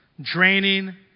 Draining